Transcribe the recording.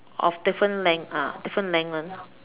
of different length ah different length [one]